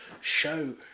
show